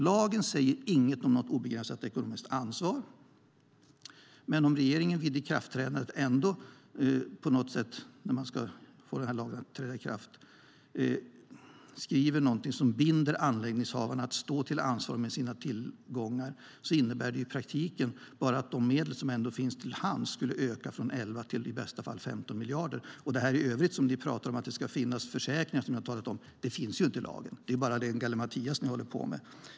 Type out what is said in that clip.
Lagen säger inget om något obegränsat ekonomiskt ansvar, men om regeringen vid ikraftträdandet ändå skriver något som binder anläggningshavarna att ansvara med sina tillgångar innebär det i praktiken att de medel som finns till hands ökar från 11 till i bästa fall 15 miljarder. Det ni i övrigt pratar om, det vill säga att det ska finnas försäkringar, finns inte i lagen. Det är bara ren gallimatias ni håller på med.